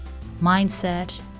mindset